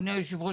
אדוני היו"ר,